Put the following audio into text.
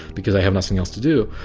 because i have nothing else to do.